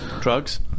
Drugs